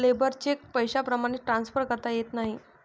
labour cheque पैशाप्रमाणे transfer करता येत नाही